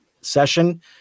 session